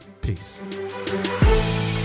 Peace